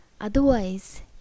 Otherwise